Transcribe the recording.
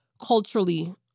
culturally